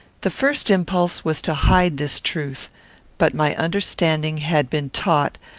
the first impulse was to hide this truth but my understanding had been taught,